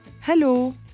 Hello